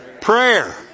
prayer